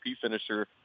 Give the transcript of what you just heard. finisher